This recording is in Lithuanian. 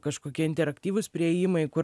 kažkokie interaktyvūs priėjimai kur